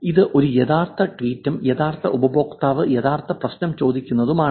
ഇത് ഒരു യഥാർത്ഥ ട്വീറ്റും യഥാർത്ഥ ഉപഭോക്താവ് യഥാർത്ഥ പ്രശ്നം ചോദിക്കുന്നതുമാണ്